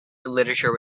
literature